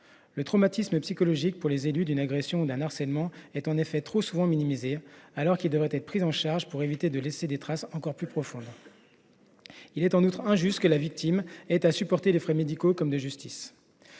Le traumatisme psychologique d’une agression ou d’un harcèlement est en effet trop souvent minimisé, alors qu’il devrait être pris en charge pour éviter de laisser des traces encore plus profondes. Il est, en outre, injuste que la victime ait à supporter les frais médicaux ou de justice.